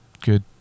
good